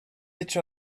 each